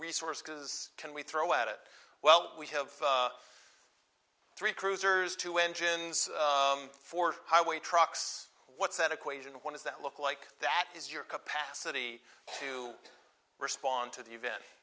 resources can we throw at it well we have three cruisers two engines for highway trucks what's that equation one is that look like that is your capacity to respond to the event